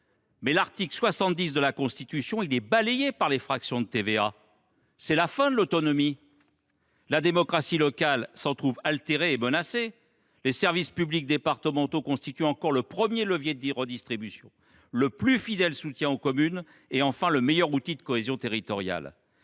mais l’article 72 2 de la Constitution est balayé par cette affectation d’une fraction de la TVA ; c’est la fin de l’autonomie ! La démocratie locale s’en trouve altérée et menacée. Les services publics départementaux constituent encore le premier levier de la redistribution, le plus fidèle soutien des communes et le meilleur outil de cohésion territoriale.